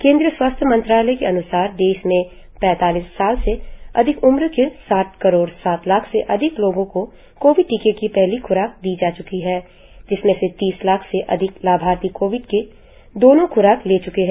केंद्रीय स्वास्थ्य मंत्रालय के अनुसार देश में पैतालीस साल से अधिक उम्र के सात करोड़ साठ लाख से अधिक लोगों को कोविड टीके की पहली ख्राक दी जा च्की है जिसमें से तीस लाख से अधिक लाभार्थी कोविड की दोनो खुराक ले चुके है